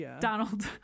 Donald